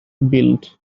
built